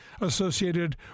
associated